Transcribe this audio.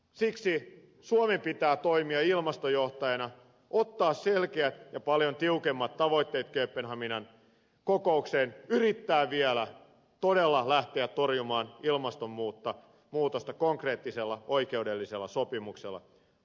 siksi suomen pitää toimia ilmastojohtajana ottaa selkeät ja paljon tiukemmat tavoitteet kööpenhaminan kokoukseen yrittää vielä todella lähteä torjumaan ilmastonmuutosta konkreettisella oikeudellisella sopimuksella